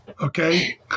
Okay